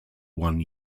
one